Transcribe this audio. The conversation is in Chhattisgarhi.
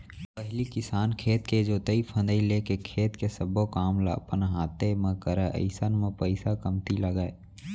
पहिली किसान खेत के जोतई फंदई लेके खेत के सब्बो काम ल अपन हाते म करय अइसन म पइसा कमती लगय